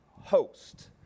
host